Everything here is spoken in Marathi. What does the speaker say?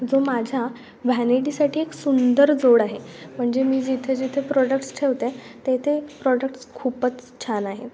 जो माझ्या व्हॅनिटीसाठी एक सुंदर जोड आहे म्हणजे मी जिथे जिथे प्रोडक्ट्स ठेवते ते ते प्रॉडक्ट्स खूपच छान आहेत